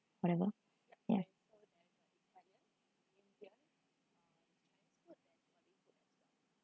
whatever ya